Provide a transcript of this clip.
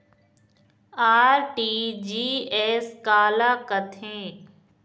RTGS काला कथें?